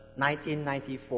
1994